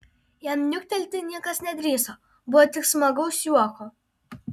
jam niuktelti niekas nedrįso buvo tik smagaus juoko